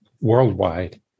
worldwide